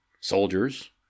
soldiers